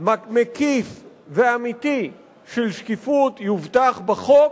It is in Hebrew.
מקיף ואמיתי של שקיפות יובטח בחוק,